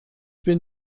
bin